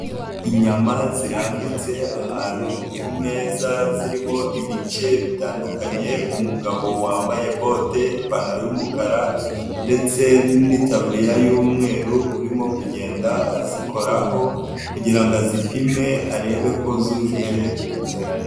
Inyama zirambitse ahantu ku meza, zirimo ibice bitandukanye, umugabo wambaye bote, ipantaro y'umukara ndetse n'itabriya y'umweru, urimo kugenda azikoraho kugira ngo azipime arebe ko zujuje ubuziranenge.